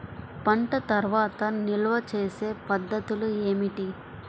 పంట తర్వాత నిల్వ చేసే పద్ధతులు ఏమిటి?